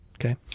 Okay